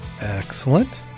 Excellent